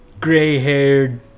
gray-haired